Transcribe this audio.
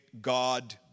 God